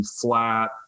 flat